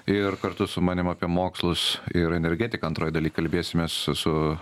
ir kartu su manim apie mokslus ir energetiką antroj daly kalbėsimės su